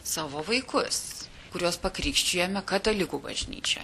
savo vaikus kuriuos pakrikštijome katalikų bažnyčioj